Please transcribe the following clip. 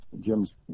Jim's